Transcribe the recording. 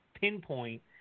pinpoint